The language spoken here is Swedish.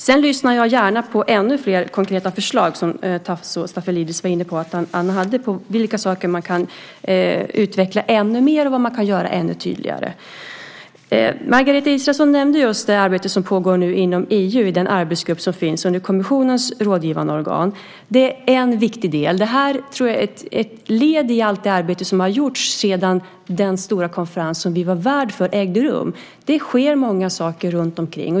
Jag lyssnar gärna på ännu fler konkreta förslag som Tasso Stafilidis sade att han har när det gäller vad man kan utveckla ännu mer och göra ännu tydligare. Margareta Israelsson nämnde det arbete som pågår inom EU i den arbetsgrupp som finns under kommissionens rådgivande organ. Det är en viktig del. Jag tror att det är ett led i allt det arbete som har gjorts sedan den stora konferens, som vi var värd för, ägde rum. Det sker mycket.